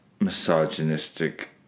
misogynistic